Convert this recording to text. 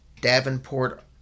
Davenport